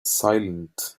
silent